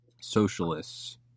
socialists